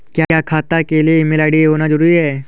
क्या खाता के लिए ईमेल आई.डी होना जरूरी है?